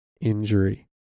injury